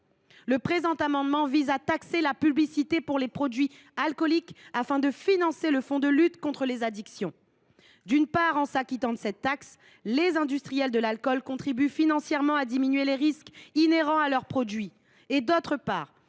Le présent amendement vise à taxer la publicité pour les produits alcooliques, afin de financer le fonds de lutte contre les addictions. D’une part, en s’acquittant de cette taxe, les industriels de l’alcool contribueront financièrement à diminuer les risques inhérents à leurs produits. D’autre part,